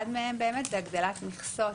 אחד מהם זה הגדלת מכסות